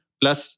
plus